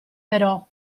però